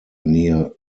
near